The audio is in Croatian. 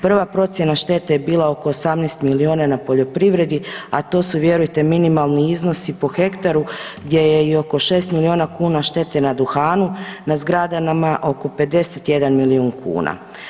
Prva procjena štete je bila oko 18 miliona na poljoprivredi, a to su vjerujte minimalni iznosi po hektaru gdje je i oko 6 miliona kuna štete na duhanu, na zgradama oko 51 milion kuna.